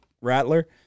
Rattler